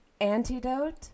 antidote